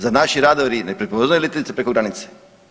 Zar naši radari ne prepoznaju letjelice preko granice?